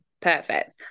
perfect